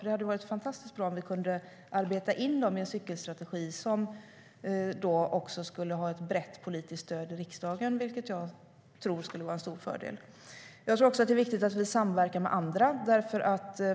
Det hade varit fantastiskt bra om vi kunde arbeta in dem i en cykelstrategi som också skulle ha brett politiskt stöd i riksdagen, vilket jag tror skulle vara en stor fördel. Jag tror också att det är viktigt att vi samverkar med andra.